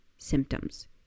symptoms